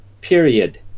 period